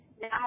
Now